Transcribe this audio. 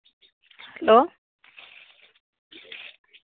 hello